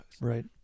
right